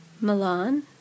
milan